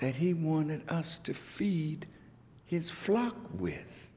that he wanted us to feed his flock with